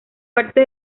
parte